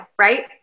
Right